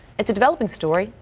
it's a developing story,